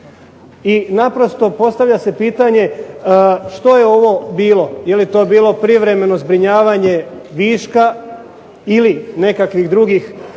i naprosto postavlja se pitanje što je ovo bilo. Je li to bilo privremeno zbrinjavanje viška ili nekih drugih